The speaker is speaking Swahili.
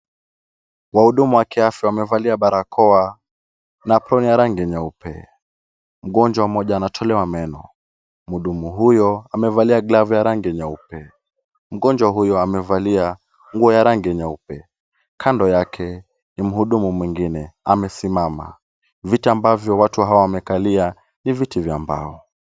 Wahudumu wa kiafya wamevalia barakoa na aproni ya rangi nyeupe. Mgonjwa mmoja anatolewa meno. Mhudumu huyo amevalia glavu ya rangi nyeupe. Mgonjwa huyo amevalia nguo ya rangi nyeupe. Kando yake ni mhudumu mwingine amesimama. Viti ambavyo watu hawa wamekalia ni viti vya mbao.